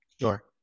Sure